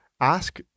ask